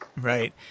Right